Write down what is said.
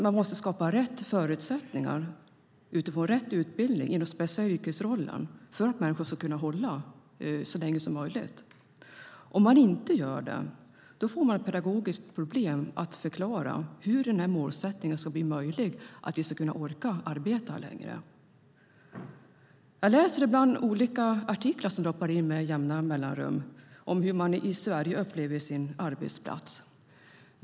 Man måste skapa rätt förutsättningar utifrån rätt utbildning för den speciella yrkesrollen för att människor ska kunna jobba så länge som möjligt. Om man inte gör det får man ett pedagogiskt problem att förklara hur målsättningen att vi ska orka arbeta längre ska bli möjlig att uppnå. Jag läser ibland olika artiklar, som droppar in med jämna mellanrum, om hur man i Sverige upplever sin arbetsplats.